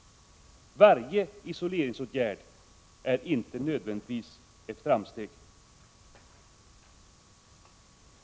Varje isoleringsåtgärd är icke nödvändigtvis ett framsteg.